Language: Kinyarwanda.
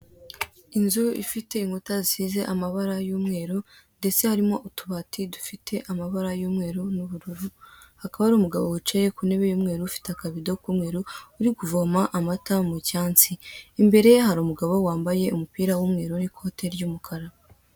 Inzu ifite inkuta zisize amabara y'umweru, ndetse harimo utubati dufite amabara y'umweru n'ubururu, hakaba hari umugabo wicaye ku ntebe y'umweru, ufite akabido k'umweru uri kuvoma amata mu cyansi. Imbere ye hari umugabo wambaye umupira w'umweru, n'ikote ry'umukara.